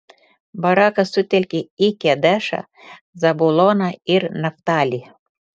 barakas sutelkė į kedešą zabuloną ir naftalį